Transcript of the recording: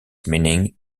meaning